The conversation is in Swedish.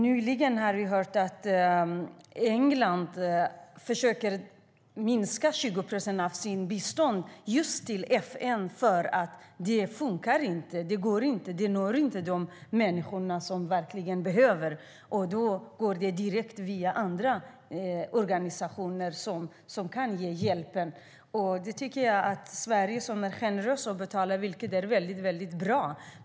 Nyligen hörde jag att England försöker minska sitt bistånd till just FN med 20 procent eftersom det inte fungerar och inte når de människor som verkligen behöver. Det går i stället direkt via andra organisationer som kan ge hjälpen. Sverige är generöst och betalar, vilket är väldigt bra.